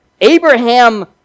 Abraham